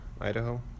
Idaho